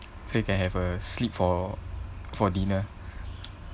so you can have a sleep for for dinner